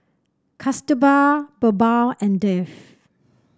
Kasturba BirbaL and Dev